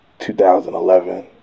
2011